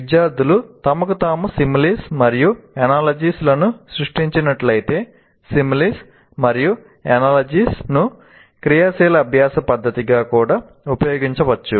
విద్యార్థులు తమకు తాము సిమిలీస్ ను క్రియాశీల అభ్యాస పద్ధతిగా కూడా ఉపయోగించవచ్చు